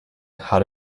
how